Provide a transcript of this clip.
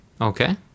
Okay